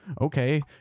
okay